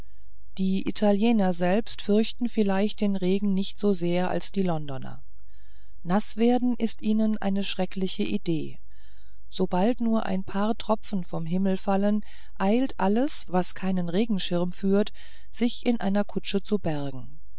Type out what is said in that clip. die italiener selbst fürchten vielleicht den regen nicht so sehr als die londoner naß werden ist ihnen eine schreckliche idee sobald nur ein paar tropfen vom himmel fallen eilt alles was keinen regenschirm führt sich in einer kutsche zu bergen